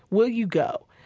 will you go?